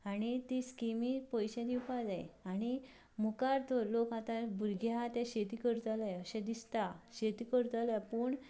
आनी ते स्कीमीर पयशे दिवपाक जाय आनी मुखार तर लोक आतां भुरगे आसा ते शेती करतले अशें दिसता शेती करतले पूण